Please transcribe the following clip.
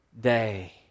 day